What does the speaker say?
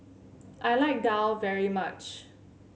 I like Daal very much